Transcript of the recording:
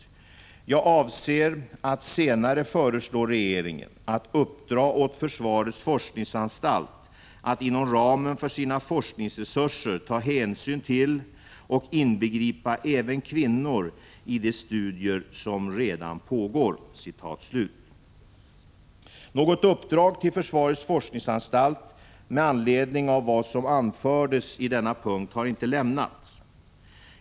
Jag avser att senare föreslå regeringen att uppdra åt försvarets forskningsanstalt att inom ramen för sina forskningsresurser ta hänsyn till och inbegripa även kvinnor i de studier som redan pågår.” Något uppdrag till försvarets forskningsanstalt med anledning av vad som anfördes i denna punkt har inte lämnats.